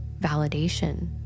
validation